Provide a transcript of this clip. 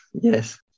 Yes